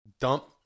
Dump